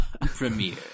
premiere